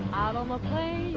out on the plains